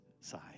side